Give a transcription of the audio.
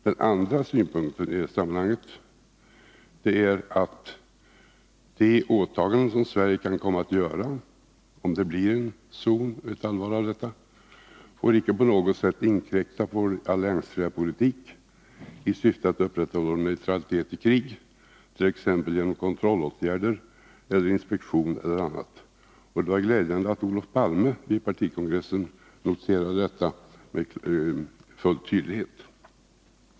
Den andra synpunkten i detta sammanhang är att de åtaganden som Sverige kan komma att göra, om det blir allvar av tankarna på en kärnvapenfri zon, icke på något sätt får inkräkta på vår alliansfria politik i syfte att upprätthålla neutralitet i krig, t.ex. genom kontrollåtgärder eller inspektion. Det var glädjande att Olof Palme vid partikongressen noterade detta med full tydlighet.